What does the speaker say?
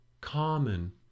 common